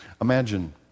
Imagine